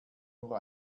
nur